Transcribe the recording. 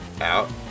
out